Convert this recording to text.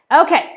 okay